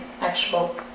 actual